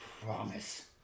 Promise